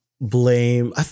blame